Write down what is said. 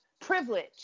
privilege